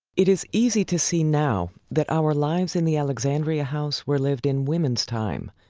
it is easy to see now that our lives in the alexandria house were lived in women's time,